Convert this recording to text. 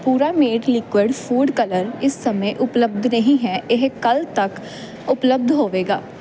Puramate liquid food colour ਇਸ ਸਮੇਂ ਉਪਲੱਬਧ ਨਹੀਂ ਹੈ ਇਹ ਕੱਲ੍ਹ ਤੱਕ ਉਪਲੱਬਧ ਹੋਵੇਗਾ